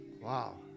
Wow